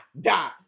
Die